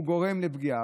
זה גורם לפגיעה.